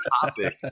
topic